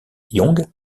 young